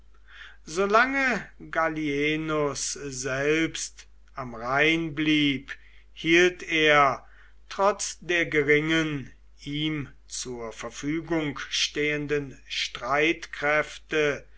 gallienus selbst am rhein blieb hielt er trotz der geringen ihm zur verfügung stehenden streitkräfte